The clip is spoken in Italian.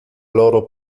loro